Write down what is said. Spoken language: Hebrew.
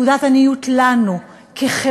זו תעודת עניות לנו כחברה,